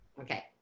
Okay